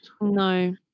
no